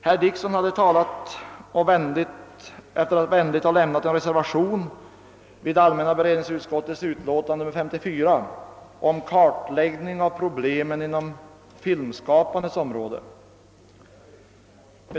Herr Dickson hade fogat en blank reservation vid allmänna beredningsutskottets utlåtande nr 54 och talat om kartläggning av problemen inom filmskapandets område.